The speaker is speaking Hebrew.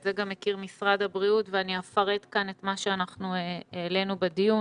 את זה גם מכיר משרד הבריאות ואני אפרט כאן את מה שהעלינו בדיון: